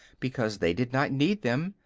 because they did not need them,